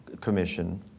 Commission